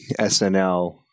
SNL